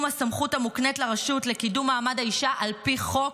הסמכות המוקנית לרשות לקידום מעמד האישה על פי חוק.